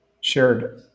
shared